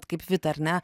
kaip vita ar ne